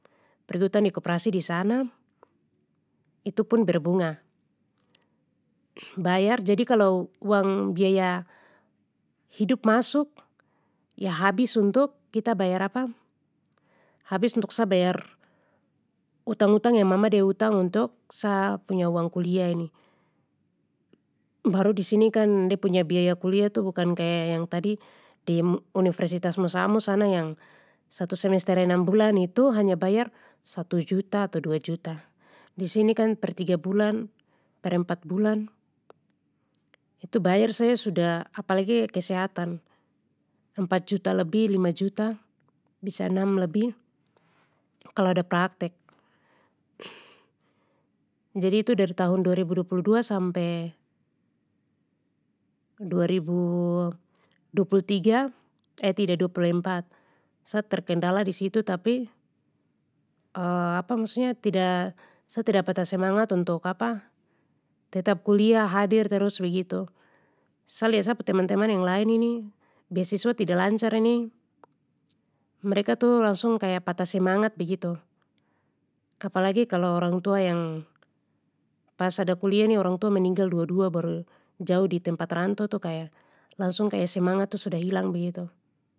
Pergi hutang di koperasi disana, itu pun berbunga. Bayar jadi kalau uang biaya hidup masuk, ya habis untuk kita bayar habis untuk sa bayar, utang utang yang mama de utang untuk sa punya uang kuliah ini. Baru disini kan de punya biaya kuliah tu bukan kaya yang tadi di universitas musamus sana yang satu semester enam bulan itu hanya bayar satu juta atau dua juta, disini kan per tiga bulan per empat bulan, itu bayar saja sudah apalagi kesehatan, empat juta lebih lima juta, bisa enam lebih kalo ada praktek. Jadi itu dar tahun dua ribu dua puluh dua sampe dua ribu dua puluh tiga eh tidak dua puluh empat, sa terkendala disitu tapi tidak sa tidak patah semangat untuk tetap kuliah hadir terus begitu. Sa lihat sa pu teman teman yang lain ini beasiswa tida lancar ini, mereka tu langsung kaya patah semangat begitu. Apalagi kalau orang tua yang, pas ada kuliah ni orang tua meninggal dua dua baru jauh di tempat rantau tu kaya, langsung kaya semangat tu sudah hilang begitu.